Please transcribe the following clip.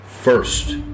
First